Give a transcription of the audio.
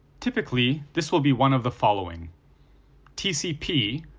typically, this will be one of the following tcp,